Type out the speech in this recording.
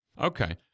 Okay